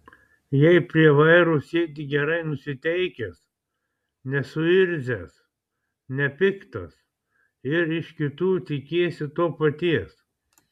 jei prie vairo sėdi gerai nusiteikęs nesuirzęs nepiktas ir iš kitų tikiesi to paties